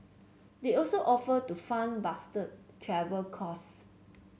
they also offered to fund Bastard travel costs